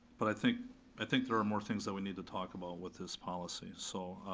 but i think i think there are more things that we need to talk about with this policy, so,